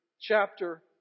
chapter